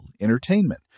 entertainment